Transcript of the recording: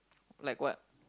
like what